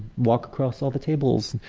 walk across all the tables,